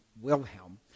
Wilhelm